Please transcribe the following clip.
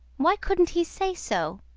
why couldn't he say so?